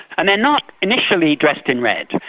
and they're not initially dressed in red.